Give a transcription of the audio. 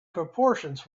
proportions